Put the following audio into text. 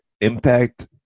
Impact